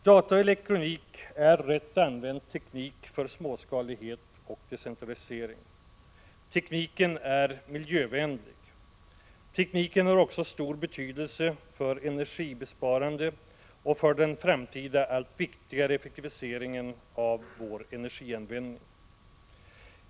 Databehandling och elektronik är, rätt använda, teknik för småskalighet och decentralisering. Tekniken är miljövänlig. Tekniken har också stor betydelse för energibesparande och för den framtida allt viktigare effektiviseringen av vår energianvändning.